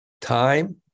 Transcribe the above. time